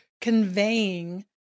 conveying